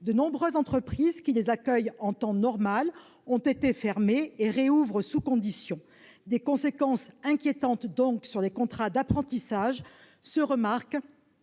De nombreuses entreprises qui les accueillent en temps normal ont été fermées et rouvrent sous conditions. Ces conséquences inquiétantes sur les contrats d'apprentissage se remarquent